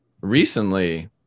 recently